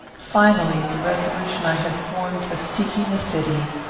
finally, the resolution i had formed of seeking the city,